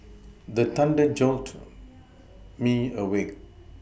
the thunder jolt me awake